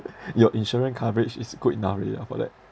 your insurance coverage is good enough already ah for that